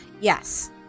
Yes